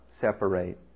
Separate